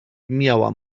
miała